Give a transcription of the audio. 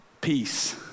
peace